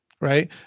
right